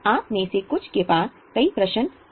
आप में से कुछ के पास कई प्रश्न हो सकते हैं